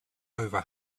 over